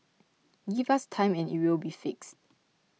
give us time and it will be fixed